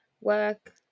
work